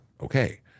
okay